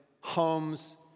homes